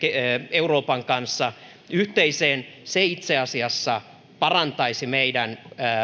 euroopan kanssa yhteiseen se itse asiassa parantaisi meidän